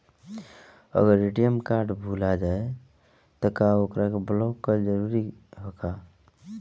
अगर ATM card भूला जाए त का ओकरा के बलौक कैल जरूरी है का?